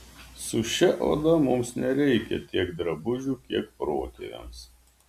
su šia oda mums nereikia tiek drabužių kiek protėviams